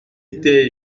était